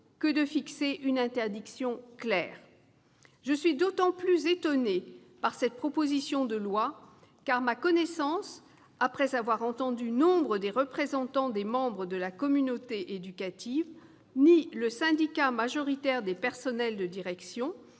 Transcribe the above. que d'établir une interdiction claire ! Je suis d'autant plus étonnée par cette proposition de loi que, à ma connaissance- j'ai entendu nombre de représentants des membres de la communauté éducative -, ni le syndicat majoritaire des personnels de direction